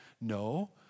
No